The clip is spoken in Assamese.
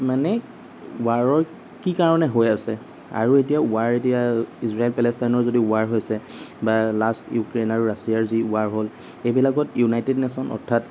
মানে ৱাৰৰ কি কাৰণে হৈ আছে আৰু এতিয়া ৱাৰ এতিয়া ইজৰাইল পেলেষ্টাইনৰ যদি ৱাৰ হৈছে বা লাষ্ট ইউক্ৰেইন আৰু ৰাছিয়াৰ যি ৱাৰ হ'ল এইবিলাকত ইউনাইটেড নেশ্যন অৰ্থাৎ